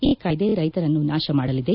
ಈ ಕಾಯ್ದೆ ರೈತರನ್ನು ನಾಶಮಾಡಲಿದೆ